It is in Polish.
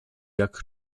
jak